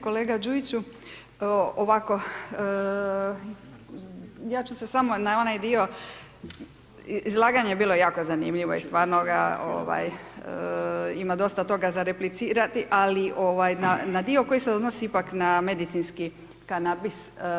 Kolega Đujiću, ovako, ja ću se samo na onaj dio izlaganja, bilo je jako zanimljivo i stvarno ima dosta za replicirati, ali na dio koji se odnosi ipak na medicinski kanabis.